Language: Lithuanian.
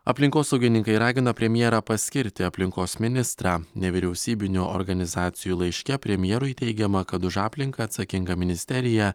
aplinkosaugininkai ragina premjerą paskirti aplinkos ministrą nevyriausybinių organizacijų laiške premjerui teigiama kad už aplinką atsakinga ministerija